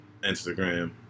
Instagram